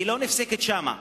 היא לא נפסקת שם.